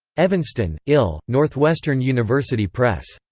evanston, il northwestern university press.